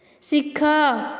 ଶିଖ